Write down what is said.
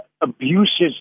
abuses